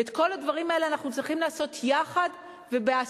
ואת כל הדברים האלה אנחנו צריכים לעשות יחד ובהסכמה.